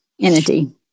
entity